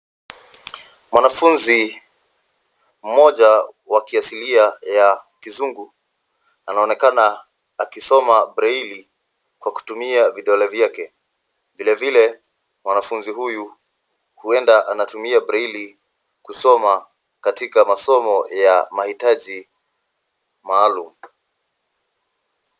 Mwanafunzi mmoja wa kiasilia ya kizungu, anaonekana akisoma breli kwa kutumia vidole vyake. Vile vile huenda mwanafunzi huyu anatumia breli kusoma katika masomo ya mahitaji maalum.